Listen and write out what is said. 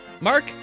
Mark